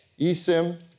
eSIM